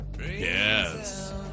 Yes